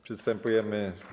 Przystępujemy.